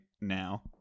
now